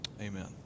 Amen